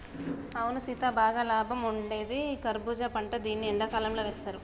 అవును సీత బాగా లాభం ఉండేది కర్బూజా పంట దీన్ని ఎండకాలంతో వేస్తారు